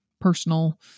personal